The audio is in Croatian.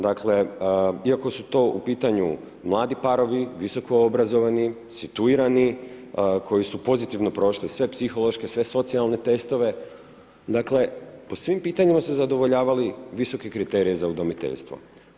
Dakle, iako su to u pitanju mladi parovi, visoko obrazovani, situirani, koji su pozitivno prošli sve psihološke, sve socijalne testove, dakle po svim pitanjima su zadovoljavali visoke kriterije za udomiteljstvo.